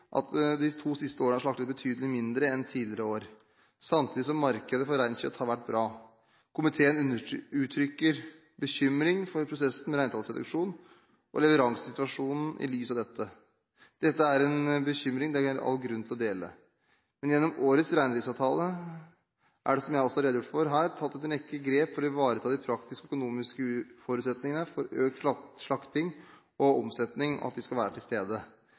at det de to siste årene er slaktet betydelig mindre enn tidligere år, samtidig som markedet for reinkjøtt har vært bra. Komiteen uttrykker bekymring for prosessen med reintallsreduksjon og leveransesituasjonen i lys av dette. Dette er en bekymring det er all grunn til å dele. Men gjennom årets reindriftsavtale er det, som jeg også har redegjort for her, tatt en rekke grep for å ivareta at de praktiske og økonomiske forutsetningene for økt slakting og omsetning skal være til stede.